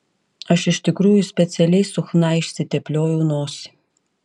aš iš tikrųjų specialiai su chna išsitepliojau nosį